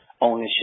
ownership